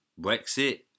Brexit